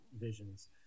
visions